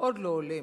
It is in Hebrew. מאוד לא הולם